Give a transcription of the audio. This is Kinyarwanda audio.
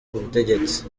ubutegetsi